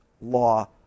law